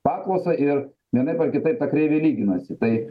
paklausą ir vienaip ar kitaip ta kreivė lyginasi tai